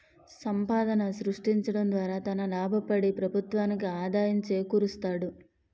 సంపాదన సృష్టించడం ద్వారా తన లాభపడి ప్రభుత్వానికి ఆదాయం చేకూరుస్తాడు